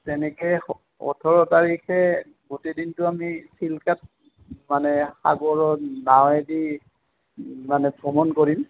তেনেকৈ ওঠৰ তাৰিখে গোটেইদিনটো আমি চিল্কাত মানে সাগৰত নাৱেদি মানে ভ্ৰমণ কৰিম